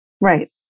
right